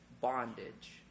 bondage